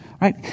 Right